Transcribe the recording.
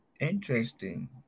interesting